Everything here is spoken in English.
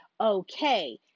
okay